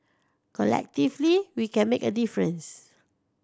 collectively we can make a difference